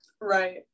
Right